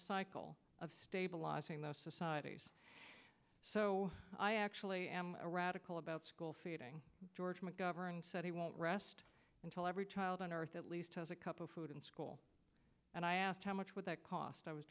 cycle of stabilizing the societies so i actually am a radical about school feeding george mcgovern said he won't rest until every child on earth at least has a cup of food in school and i asked how much would that cost i was